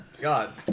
God